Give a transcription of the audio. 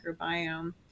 microbiome